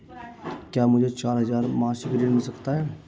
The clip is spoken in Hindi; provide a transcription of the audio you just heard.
क्या मुझे चार हजार मासिक ऋण मिल सकता है?